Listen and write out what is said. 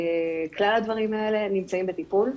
כלל הדברים האלה נמצאים בטיפול,